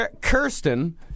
Kirsten